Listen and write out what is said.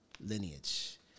lineage